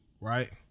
right